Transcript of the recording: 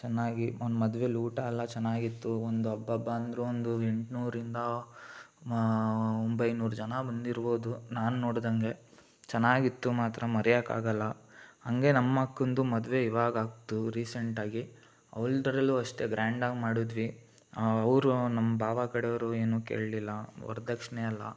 ಚೆನ್ನಾಗಿ ಅವ್ನ ಮದ್ವೆಲ್ಲಿ ಊಟ ಎಲ್ಲ ಚೆನ್ನಾಗಿತ್ತು ಒಂದು ಅಬ್ಬಬ್ಬ ಅಂದ್ರೂ ಒಂದು ಎಂಟ್ನೂರರಿಂದ ಒಂಬೈನೂರು ಜನ ಬಂದಿರ್ಬೋದು ನಾನು ನೋಡಿದಂಗೆ ಚೆನ್ನಾಗಿತ್ತು ಮಾತ್ರ ಮರೆಯಕ್ಕಾಗಲ್ಲ ಹಾಗೆ ನಮ್ಮ ಅಕ್ಕಂದು ಮದುವೆ ಇವಾಗ ಆಯ್ತು ರೀಸೆಂಟಾಗಿ ಅವ್ಳದ್ರಲ್ಲೂ ಅಷ್ಟೇ ಗ್ರ್ಯಾಂಡಾಗಿ ಮಾಡಿದ್ವಿ ಅವರು ನಮ್ಮ ಭಾವ ಕಡೆಯವ್ರೂ ಏನೂ ಕೇಳಿಲ್ಲ ವರದಕ್ಷ್ಣೆ ಎಲ್ಲ